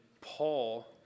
Paul